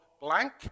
blank